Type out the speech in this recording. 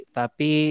tapi